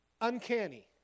uncanny